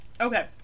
Okay